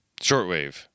shortwave